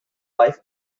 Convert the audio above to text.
life